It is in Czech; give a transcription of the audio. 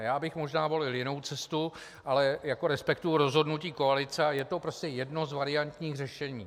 Já bych možná volil jinou cestu, ale respektuji rozhodnutí koalice a je to prostě jedno z variantních řešení.